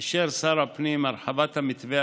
אישר שר הפנים את הרחבת המתווה,